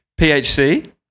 PHC